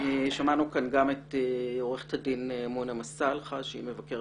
שמענו כאן גם את עורכת הדין מונא מסאלחה שהיא מבקרת